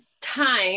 time